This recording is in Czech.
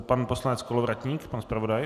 Pan poslanec Kolovratník, pan zpravodaj.